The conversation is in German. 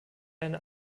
eine